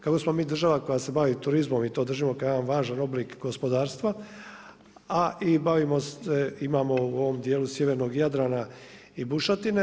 Kako smo mi država koja se bavi turizmom i to držimo kao jedan važan oblik gospodarstva a i bavimo se, imamo u ovom dijelu sjevernog Jadrana i bušotine.